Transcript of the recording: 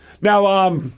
now